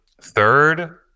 third